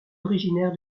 originaire